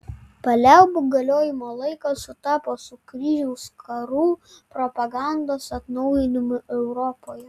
paliaubų galiojimo laikas sutapo su kryžiaus karų propagandos atnaujinimu europoje